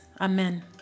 Amen